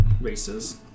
races